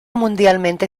mundialmente